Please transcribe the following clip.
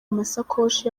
amasakoshi